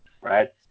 right